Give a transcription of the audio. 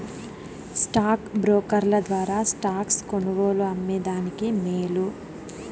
stock బ్రోకర్ల ద్వారా stocks కొనుగోలు, అమ్మే దానికి మేలు